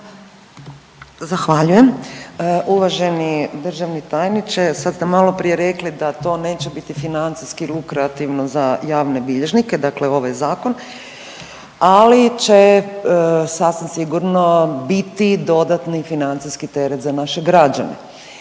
Zahvaljujem. Uvaženi državni tajniče sad ste malo prije rekli da to neće biti financijski lukrativno za javne bilježnike, dakle ovaj zakon, ali će sasvim sigurno biti dodatni financijski teret za naše građane.